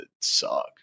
suck